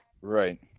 right